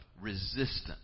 resistance